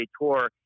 Tour